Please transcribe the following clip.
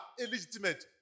illegitimate